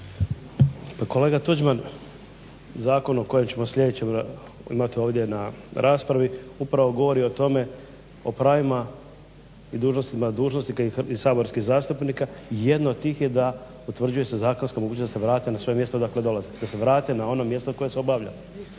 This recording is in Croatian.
Kolega Tuđman, zakon o kojem ćemo sljedećem imat ovdje na raspravi upravo govori o tome, o pravima i dužnostima dužnosnika i saborskih zastupnika. Jedno od tih je da potvrđuje se zakonska mogućnost da se vrate na svoje mjesto odakle dolaze, da se vrate na ono mjesto koje su obavljali.